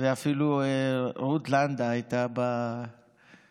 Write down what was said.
ואפילו רות לנדה הייתה במניין.